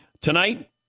Tonight